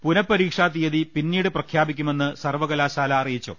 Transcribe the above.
പുനഃപരീക്ഷ തീയതി പിീട് പ്രഖ്യാപിക്കുമെ് സർലകലാശാല അറിയിച്ചു